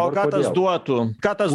o ką tas duotų ką tas